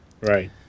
Right